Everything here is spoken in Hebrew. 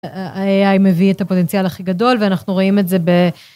הAI מביא את הפוטנציאל הכי גדול, ואנחנו רואים את זה ב...